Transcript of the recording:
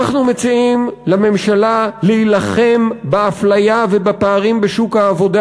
אנחנו מציעים לממשלה להילחם באפליה ובפערים בשוק העבודה.